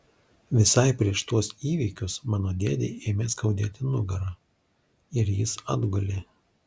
visai prieš tuos įvykius mano dėdei ėmė skaudėti nugarą ir jis atgulė